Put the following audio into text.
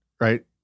right